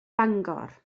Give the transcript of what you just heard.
bangor